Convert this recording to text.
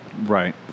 Right